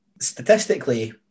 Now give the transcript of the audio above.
Statistically